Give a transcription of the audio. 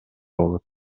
болот